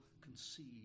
conceive